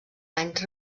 anys